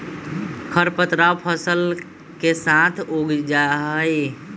खर पतवार फसल के साथ उग जा हई